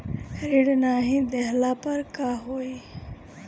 ऋण नही दहला पर का होइ?